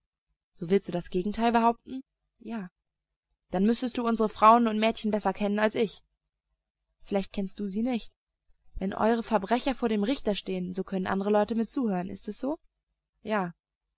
so willst du das gegenteil behaupten ja dann müßtest du unsere frauen und mädchen besser kennen als ich vielleicht kennst du sie nicht wenn eure verbrecher vor dem richter stehen so können andere leute mit zuhören ist es so ja